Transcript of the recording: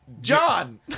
John